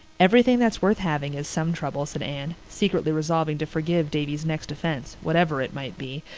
everything that's worth having is some trouble, said anne, secretly resolving to forgive davy's next offence, whatever it might be,